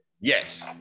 Yes